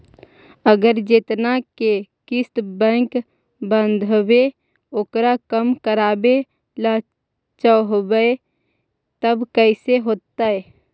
अगर जेतना के किस्त बैक बाँधबे ओकर कम करावे ल चाहबै तब कैसे होतै?